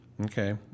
Okay